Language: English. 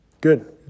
Good